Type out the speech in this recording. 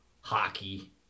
hockey